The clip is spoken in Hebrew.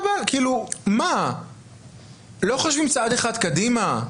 לא חושבים צעד אחד קדימה?